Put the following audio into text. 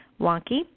wonky